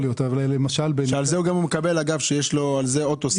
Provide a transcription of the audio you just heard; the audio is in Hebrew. על זה הוא מקבל עוד תוספת.